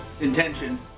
intention